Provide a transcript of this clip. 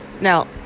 Now